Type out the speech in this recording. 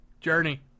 Journey